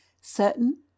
certain